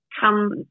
come